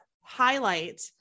highlight